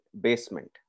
basement